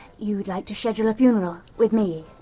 you'd like to schedule a funeral? with me?